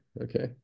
Okay